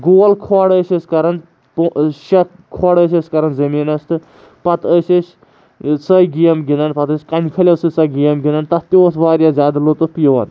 گول کھۄڈ ٲسۍ أسۍ کَران پوٚ شےٚ کھۄڈ ٲسۍ أسۍ کَرَان زٔمیٖنَس تہٕ پَتہٕ ٲسۍ أسۍ سٕے گیم گِنٛدان پَتہٕ ٲسۍ کَنہِ پھٔلیو سۭتۍ سۄ گیم گِنٛدان تَتھ تہِ اوس واریاہ زیادٕ لُطف یِوان